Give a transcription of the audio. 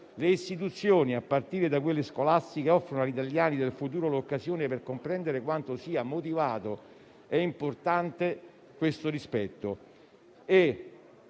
le istituzioni, a partire da quelle scolastiche, offrano agli italiani del futuro l'occasione per comprendere quanto sia motivato e importante questo rispetto.